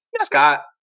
Scott